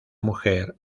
mujer